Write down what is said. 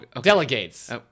delegates